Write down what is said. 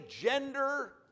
gender